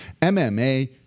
MMA